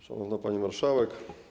Szanowna Pani Marszałek!